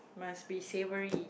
must be savory